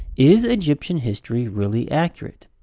is egyptian history really accurate?